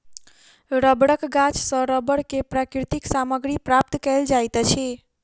रबड़क गाछ सॅ रबड़ के प्राकृतिक सामग्री प्राप्त कयल जाइत अछि